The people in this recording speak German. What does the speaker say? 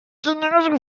genauso